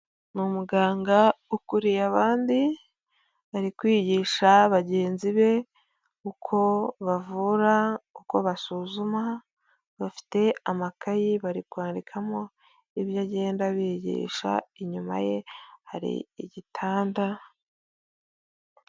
Ni umuganga ukuriye abandi ari kwigisha bagenzi be uko bavura uko basuzuma, bafite amakayi bari kwandikamo ibyo agenda abigisha inyuma ye hari igitanda.